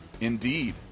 Indeed